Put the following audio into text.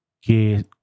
que